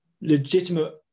legitimate